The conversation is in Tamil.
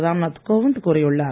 ராம்நாத் கோவிந்த் கூறியுள்ளார்